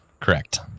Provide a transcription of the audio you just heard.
Correct